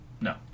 no